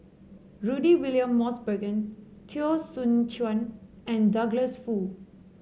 Rudy William Mosbergen Teo Soon Chuan and Douglas Foo